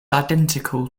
identical